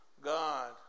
God